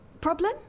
Problem